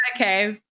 Okay